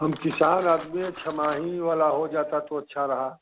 हम किसान आदमी हैं छमाही वाला हो जाता तो अच्छा रहा